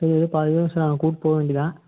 சரி பாதிலேயே கூப்பிட்டு போக வேண்டியது தான்